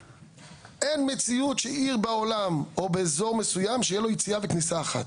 אין מציאות שעיר בעולם או באזור מסוים שתהיה לה יציאה וכניסה אחת,